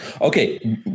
Okay